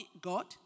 God